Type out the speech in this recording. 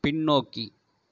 பின்னோக்கி